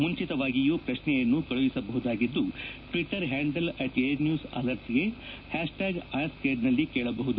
ಮುಂಚಿತವಾಗಿಯೂ ಪ್ರಶ್ನೆಯನ್ನು ಕಳುಹಿಸಬಹುದಾಗಿದ್ದು Twitter handle at Air News ಅಲರ್ಟ್ಸ್ಗೆ ಹ್ಯಾಶ್ಟ್ಯಾಗ್ ಆಸ್ಕ್ಏರ್ನಲ್ಲಿ ಕೇಳಬಹುದು